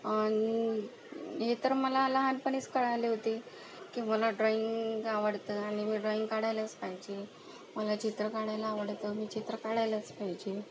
आणि हे तर मला लहानपणीच कळले होते की मला ड्रॉइंग आवडते आणि मी ड्रॉइंग काढायलाच पाहिजे मला चित्र काढायला आवडतं मी चित्र काढायलाच पाहिजे